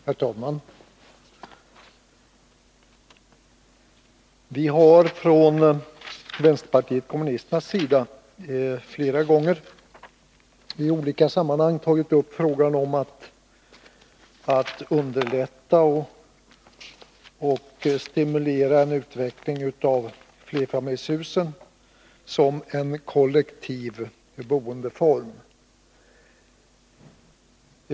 Herr talman! Vi har från vänsterpartiet kommunisternas sida flera gånger i olika sammanhang tagit upp frågan om att underlätta och stimulera en utveckling av flerfamiljshusen som en kollektiv boendeform.